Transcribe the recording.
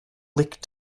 lick